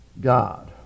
God